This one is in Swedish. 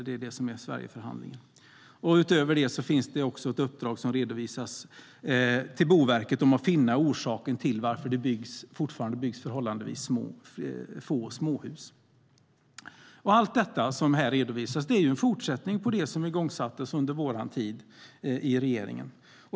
Det är det som är Sverigeförhandlingen.Allt det som här redovisas är en fortsättning på det som sattes igång under vår tid i regeringen.